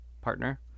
partner